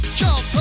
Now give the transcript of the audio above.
jump